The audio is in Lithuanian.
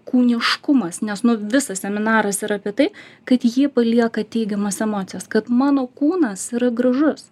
kūniškumas nu nes visas seminaras yra apie tai kad jį palieka teigiamos emocijos kad mano kūnas yra gražus